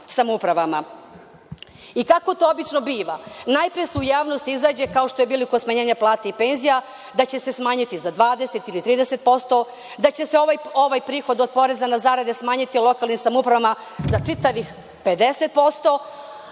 kako to obično biva, najpre se u javnosti izađe kao što je bilo i kod smanjenja plata i penzija da će se smanjiti za 20% ili 30%, da će se ovaj prihod od poreza na zarade smanjiti lokalnim samoupravama za čitavih 50%,